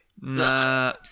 nah